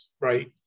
right